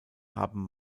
haben